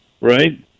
right